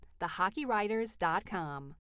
thehockeywriters.com